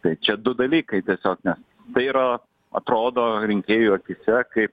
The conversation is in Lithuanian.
tai čia du dalykai tiesiog nes tai yra atrodo rinkėjų akyse kaip